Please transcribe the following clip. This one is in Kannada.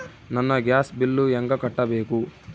ನನ್ನ ಗ್ಯಾಸ್ ಬಿಲ್ಲು ಹೆಂಗ ಕಟ್ಟಬೇಕು?